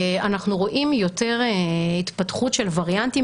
אנחנו רואים יותר התפתחות של ווריאנטים